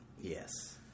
Yes